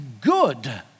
good